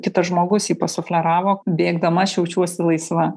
kitas žmogus jį pasufleravo bėgdama aš jaučiuosi laisva